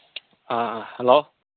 ꯑꯥ hello